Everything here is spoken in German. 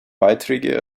beiträge